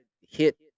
hit